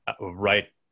right